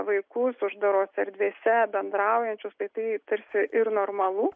vaikus uždarose erdvėse bendraujančius tai tarsi ir normalu